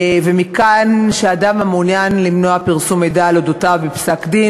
מכאן שאדם המעוניין למנוע פרסום מידע על אודותיו בפסק-דין,